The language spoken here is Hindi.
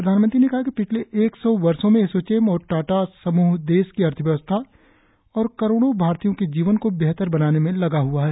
प्रधानमंत्री ने कहा कि पिछले एक सौ वर्षों से एसोचैम और टाटा सम्रह देश की अर्थव्यवस्था और करोड़ों भारतीयों के जीवन को बेहतर बनाने में लगा हुआ है